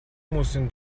хүмүүсийн